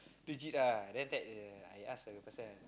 legit ah then after that I ask the person